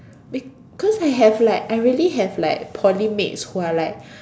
because I have like I really have like Poly mates who are like